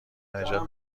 نژاد